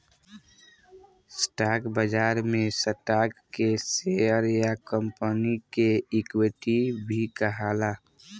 stock बाजार में stock के शेयर या कंपनी के इक्विटी भी कहाला